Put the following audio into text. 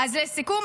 לסיכום,